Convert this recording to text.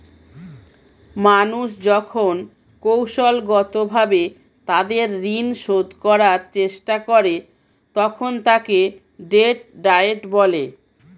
মানুষ যখন কৌশলগতভাবে তাদের ঋণ শোধ করার চেষ্টা করে, তখন তাকে ডেট ডায়েট বলে